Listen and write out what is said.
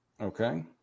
Okay